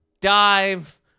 dive